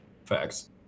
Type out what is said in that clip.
facts